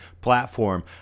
platform